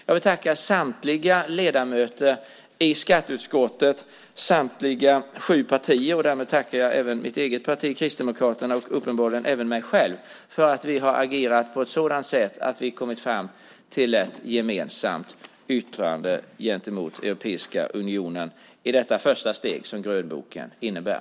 Jag tackar samtliga ledamöter i skatteutskottet och samtliga sju partier. Därmed tackar jag även mitt eget parti, Kristdemokraterna, och uppenbarligen även mig själv för att vi har agerat på ett sådant sätt att vi har kommit fram till ett gemensamt yttrande gentemot Europeiska unionen i detta första steg som grönboken innebär.